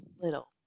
little